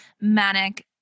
manic